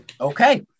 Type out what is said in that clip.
Okay